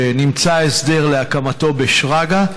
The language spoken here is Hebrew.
נמצא הסדר להקמתו בשרגא.